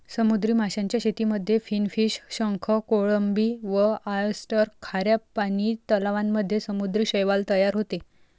समुद्री माशांच्या शेतीमध्ये फिनफिश, शंख, कोळंबी व ऑयस्टर, खाऱ्या पानी तलावांमध्ये समुद्री शैवाल तयार होते